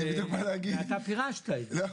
זה אתה פירשת את זה.